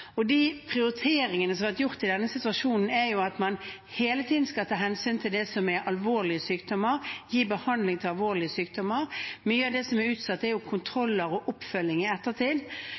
og de prioriteringene som har vært gjort i denne situasjonen, er at man hele tiden skal ta hensyn til det som er alvorlige sykdommer, å gi behandling for alvorlige sykdommer. Mye av det som er utsatt, er jo kontroller og oppfølging i ettertid.